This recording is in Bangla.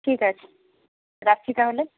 ঠিক আছে রাখছি তাহলে